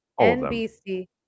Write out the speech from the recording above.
NBC